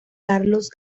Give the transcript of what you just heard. carlos